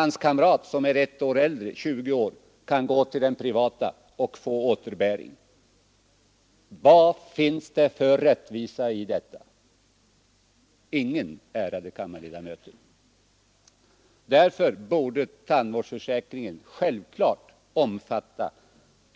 Hans kamrat, som är ett år äldre, 20 år, kan däremot gå till den privata tandläkaren och få återbäring. Vad finns det för rättvisa i detta? Ingen, ärade kammarledamöter. Därför borde tandvårdsförsäkringen självfallet omfatta